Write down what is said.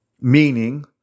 meaning